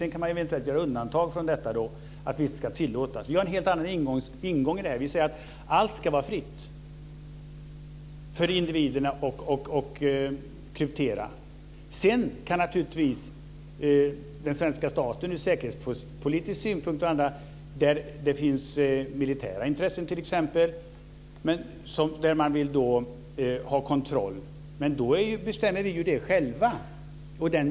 Sedan kan man eventuellt göra undantag från detta och säga att vissa saker ska tillåtas. Vi har en helt annan ingång till det här. Vi säger att allt ska vara fritt att kryptera för individerna. Sedan kan naturligtvis den svenska staten ta hänsyn till säkerhetspolitiska synpunkter. Det kan t.ex. finnas militära intressen. Då kan man vilja ha kontroll. Men då bestämmer vi ju det själva.